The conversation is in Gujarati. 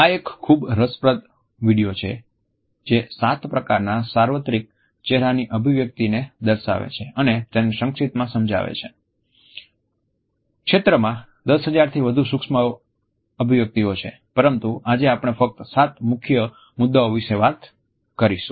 આ એક ખૂબ જ રસપ્રદ વિડિયો છે જે સાત પ્રકારના સાર્વત્રિક ચહેરાની અભિવ્યક્તિને દર્શાવે છે અને તેને સંક્ષિપ્તમાં સમજાવે છે ક્ષેત્રમાં 10000 થી વધુ સૂક્ષ્મ અભિવ્યક્તિઓ છે પરંતુ આજે આપણે ફક્ત સાત મુખ્ય મુદ્દાઓ વિશે વાત કરીશું